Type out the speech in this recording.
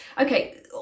okay